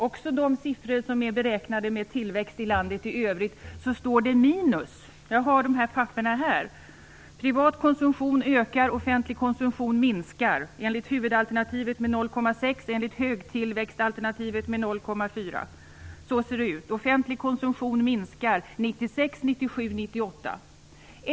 Också framför de siffror som är beräknade med tillväxt i landet i övrigt står det minus. Jag har papperen här: Privat konsumtion ökar, och offentlig konsumtion minskar, enligt huvudalternativet med 0,6 % och enligt högtillväxtalternativet med 0,4 %. Så ser det ut: Offentlig konsumtion minskar 1996, 1997 och 1998.